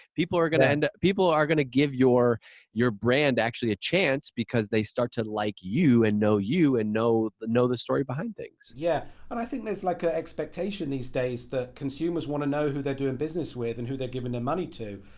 people are gonna, people are gonna give your your brand actually a chance because they start to like you and know you, and know the know the story behind things. yeah, and i think there's like a expectation these days. the consumers wanna know who they're doing business with and who they're giving their money to.